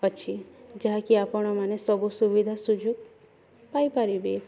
ଅଛି ଯାହାକି ଆପଣମାନେ ସବୁ ସୁବିଧା ସୁଯୋଗ ପାଇପାରିବେ